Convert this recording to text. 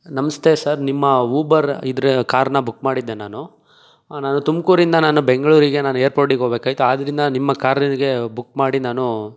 ನಮಸ್ತೆ ಸರ್ ನಿಮ್ಮ ಉಬರ್ ಇದರ ಕಾರ್ನ ಬುಕ್ ಮಾಡಿದ್ದೆ ನಾನು ನಾನು ತುಮಕೂರಿಂದ ನಾನು ಬೆಂಗಳೂರಿಗೆ ನಾನು ಏರ್ಪೋರ್ಟಿಗೆ ಹೋಗ್ಬೇಕಾಯಿತು ಆದ್ದರಿಂದ ನಿಮ್ಮ ಕಾರಿಗೆ ಬುಕ್ ಮಾಡಿ ನಾನು